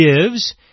gives